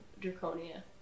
Draconia